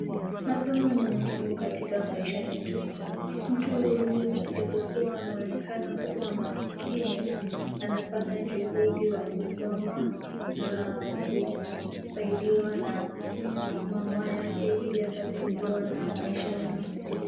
Masomo ni muhimu katika maisha yetu, mtu huyu ijapokuwa anaonekana kuwa maskini, anafanya juhudi wa kusoma na kusaidiwa na mama yake ili apate kuwa na maisha mema mbeleni.